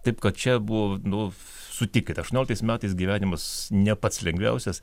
taip kad čia buvo nu sutikit aštuonioliktais metais gyvenimas ne pats lengviausias